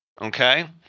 Okay